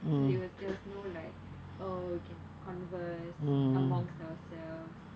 so it was just no like err you can converse amongst ourselves